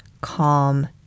calm